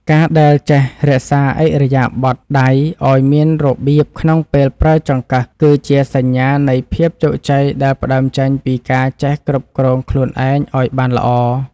ការដែលចេះរក្សាឥរិយាបថដៃឱ្យមានរបៀបក្នុងពេលប្រើចង្កឹះគឺជាសញ្ញានៃភាពជោគជ័យដែលផ្តើមចេញពីការចេះគ្រប់គ្រងខ្លួនឯងឱ្យបានល្អ។